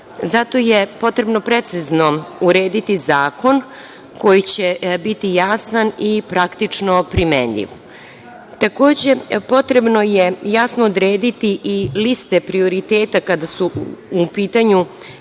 je potrebno precizno urediti zakon, koji će biti jasan i praktično primenjiv. Takođe, potrebno je i jasno odrediti i liste prioriteta, kada su u pitanju